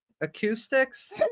Acoustics